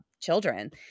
children